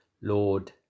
Lord